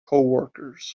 coworkers